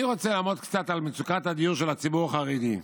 אני רוצה לעמוד קצת על מצוקת הדיור של הציבור החרדי.